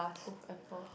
both Apple